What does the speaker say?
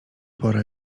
pora